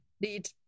need